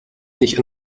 nicht